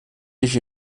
nicht